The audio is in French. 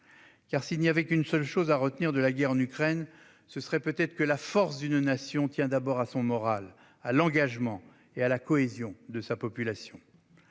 Car s'il n'y avait qu'une chose à retenir de la guerre en Ukraine, ce serait peut-être que la force d'une nation tient d'abord au moral, à l'engagement et à la cohésion de sa population.